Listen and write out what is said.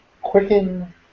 Quicken